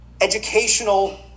educational